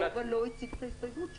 סובה לא הציג את ההסתייגות שלו.